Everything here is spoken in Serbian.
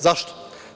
Zašto?